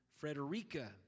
Frederica